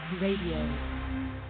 Radio